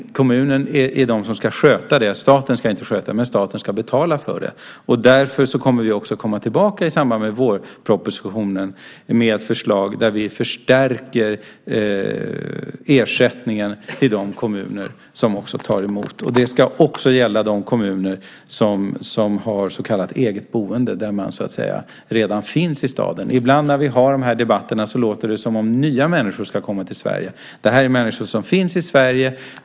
Det är kommunen som ska sköta det. Staten ska inte sköta det, men staten ska betala för det. Och därför kommer vi att komma tillbaka i samband med vårpropositionen med ett förslag där vi förstärker ersättningen till de kommuner som också tar emot flyktingar. Och det ska också gälla de kommuner som har så kallat eget boende, där man så att säga redan finns i staden. Ibland när vi har dessa debatter låter det som om nya människor ska komma till Sverige. Men detta är människor som finns i Sverige.